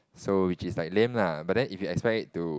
so which is like lame lah but then if you expect it to